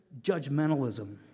judgmentalism